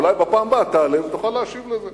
אולי בפעם הבאה תעלה ותוכל להשיב לזה.